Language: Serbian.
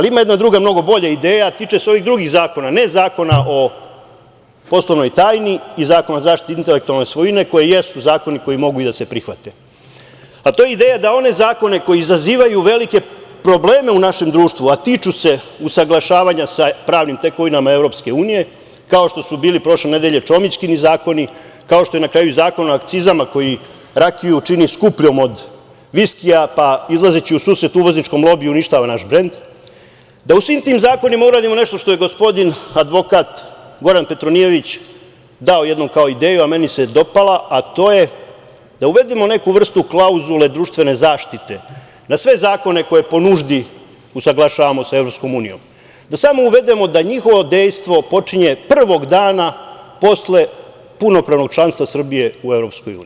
Ima jedna druga koja je mnogo bolja ideja, a tiče se ovih drugih zakona, ne Zakona o poslovnoj tajni i Zakona o zaštiti intelektualne svojine, koji jesu zakoni koji mogu i da se prihvate, a to je ideja da one zakone koji izazivaju velike probleme u našem društvu, a tiču se usaglašavanja sa pravnim tekovinama EU, kao što su bili prošle nedelje Čomićkini zakoni, kao što je na kraju Zakon o akcizama koji rakiju čini skupljom od viskija pa izlazeći u susret uvozničkom lobiju uništava naš brend, da u svim tim zakonima uradimo nešto što je gospodin advokat Goran Petronijević dao jednom kao ideju, a meni se dopala, a to je da uvedemo neku vrstu klauzule društvene zaštite, da sve zakone koje po nuždi usaglašavamo sa EU, da samo uvedemo da njihovo dejstvo počinje prvog dana posle punopravnog članstva Srbije u EU.